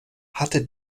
hatte